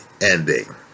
ending